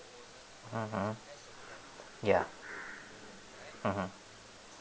mmhmm ya mmhmm